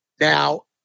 now